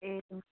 ए